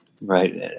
right